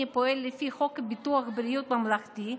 פועל לפי חוק ביטוח בריאות ממלכתי,